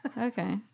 Okay